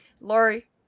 Lori